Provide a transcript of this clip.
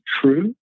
true